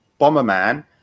Bomberman